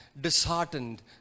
disheartened